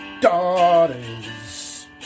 daughters